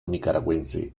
nicaragüense